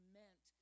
meant